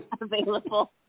available